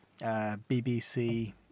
BBC